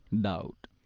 doubt